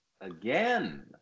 again